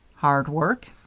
hard work?